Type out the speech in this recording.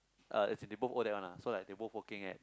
uh as in they both Odac [one] ah so like they both working at